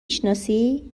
شناسی